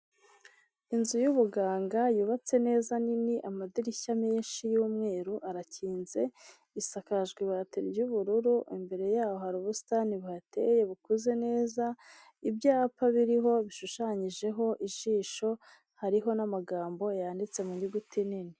Inzu y'ubuganga yubatse neza nini, amadirishya menshi y'umweru arakinze, isakajwe ibati ry'ubururu, imbere yaho hari ubusitani buhateye bukoze neza, ibyapa biriho bishushanyijeho ijisho, hariho n'amagambo yanditse mu nyuguti nini.